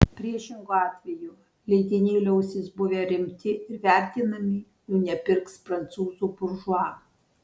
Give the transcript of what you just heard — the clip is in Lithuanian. priešingu atveju leidiniai liausis buvę rimti ir vertinami jų nepirks prancūzų buržua